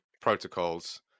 protocols